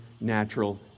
natural